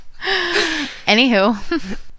anywho